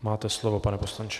Máte slovo, pane poslanče.